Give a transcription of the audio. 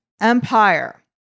empire